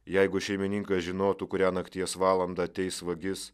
jeigu šeimininkas žinotų kurią nakties valandą ateis vagis